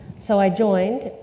so i joined,